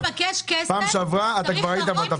בפעם שעברה אתה כבר היית בתפקיד,